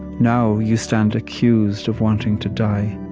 now you stand accused of wanting to die,